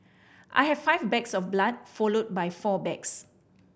I had five bags of blood followed by four bags